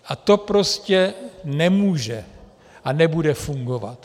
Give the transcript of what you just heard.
A to prostě nemůže a nebude fungovat.